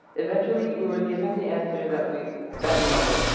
eventually we were given the answer that we that we wanted.